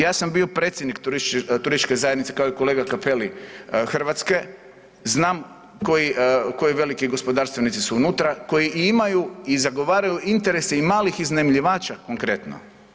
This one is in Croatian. Ja sam bio predsjednik turističke zajednice kao i kolega Cappelli Hrvatske, znam koji, koji veliki gospodarstvenici su unutra, koji i imaju i zagovaraju interese i malih iznajmljivača konkretno.